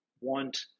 want